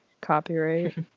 copyright